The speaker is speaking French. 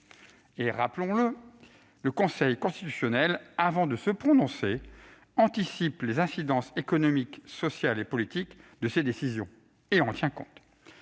également que le Conseil constitutionnel, avant de se prononcer, anticipe les incidences économiques, sociales et politiques de ses décisions, et en tient compte.